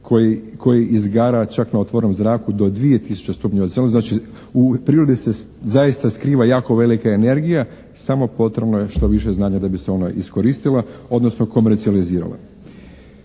koji izgara čak na otvorenom zraku do 2000 stupnjeva celzijusovih, znači u prirodi se zaista skriva jako velika energija. Samo potrebno je što više znanja da bi se ona iskoristila odnosno komercijalizirala.